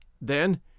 Then